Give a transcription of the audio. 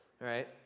right